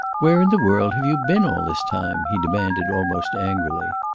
where in the world have you been all this time? he demanded, almost angrily.